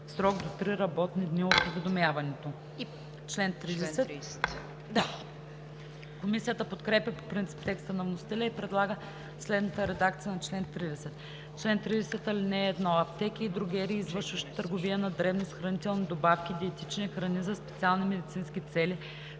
срок до три работни дни от уведомяването.“ Комисията подкрепя по принцип текста на вносителя и предлага следната редакция на чл. 30: „Чл. 30. (1) Аптеки и дрогерии, извършващи търговия на дребно с хранителни добавки, диетични храни за специални медицински цели,